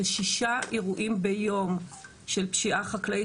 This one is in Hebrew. זה שישה אירועים ביום של פשיעה חקלאית.